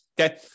Okay